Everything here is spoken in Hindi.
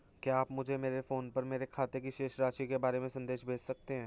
क्या आप मुझे मेरे फ़ोन पर मेरे खाते की शेष राशि के बारे में संदेश भेज सकते हैं?